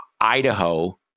idaho